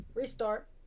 restart